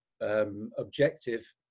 objective